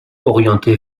orienté